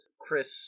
chris